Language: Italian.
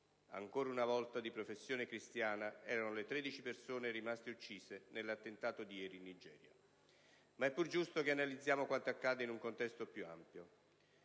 (ancora una volta di professione cristiana erano le 13 persone rimaste uccise nell'attentato di ieri in Nigeria). Ma è pur giusto che analizziamo quanto accade in un contesto più ampio.